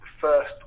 first